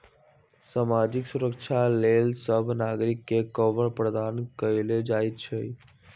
सामाजिक सुरक्षा लेल सभ नागरिक के कवर प्रदान कएल जाइ छइ